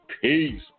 Peace